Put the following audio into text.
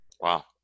Wow